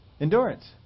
endurance